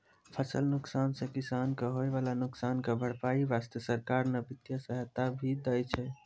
फसल नुकसान सॅ किसान कॅ होय वाला नुकसान के भरपाई वास्तॅ सरकार न वित्तीय सहायता भी दै छै